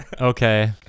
Okay